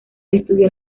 estudió